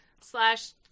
slash